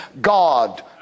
God